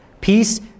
Peace